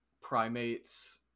primates